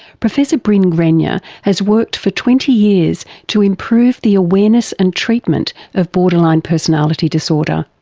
professor brin grenyer has worked for twenty years to improve the awareness and treatment of borderline personality disorder.